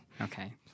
Okay